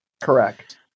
correct